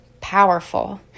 powerful